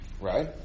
right